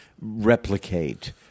replicate